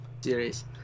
series